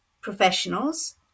professionals